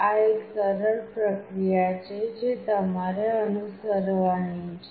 આ એક સરળ પ્રક્રિયા છે જે તમારે અનુસરવાની છે